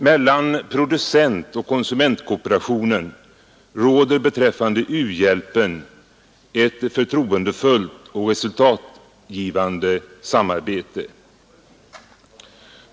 Mellan producentoch konsumentkooperationen råder beträffande u-hjälpen ett förtroendefullt och resultatgivande samarbete.